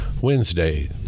Wednesday